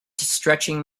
stretching